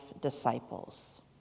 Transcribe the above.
disciples